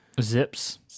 Zips